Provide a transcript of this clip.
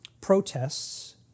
protests